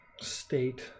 state